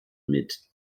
mit